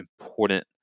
important